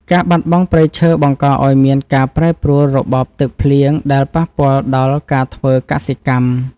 ការបាត់បង់ព្រៃឈើបង្កឱ្យមានការប្រែប្រួលរបបទឹកភ្លៀងដែលប៉ះពាល់ដល់ការធ្វើកសិកម្ម។